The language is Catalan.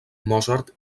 mozart